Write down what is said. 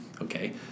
okay